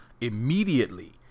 immediately